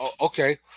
okay